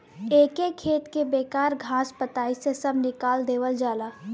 एके खेत के बेकार घास पतई से सभ निकाल देवल जाला